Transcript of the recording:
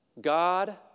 God